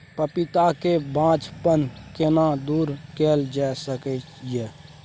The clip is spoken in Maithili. पपीता के बांझपन केना दूर कैल जा सकै ये?